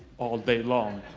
all day long.